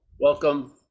welcome